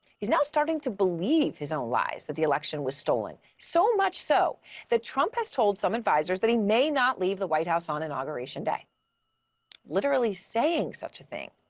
he's now starting to believe his own lies, that the election was stolen. so much so that trump has told some advisers that he may not leave the white house on inauguration day literally saying such a thing,